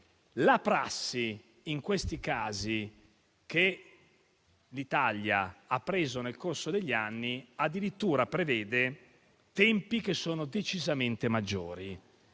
la prassi in questi casi, che l'Italia ha adottato nel corso degli anni, addirittura prevede tempi decisamente maggiori.